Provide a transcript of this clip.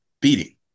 beating